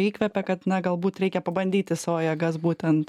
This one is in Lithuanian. įkvepia kad na galbūt reikia pabandyti savo jėgas būtent